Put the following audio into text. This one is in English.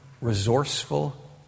resourceful